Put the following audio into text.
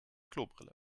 klobrille